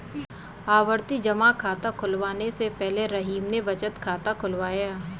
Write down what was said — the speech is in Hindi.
आवर्ती जमा खाता खुलवाने से पहले रहीम ने बचत खाता खुलवाया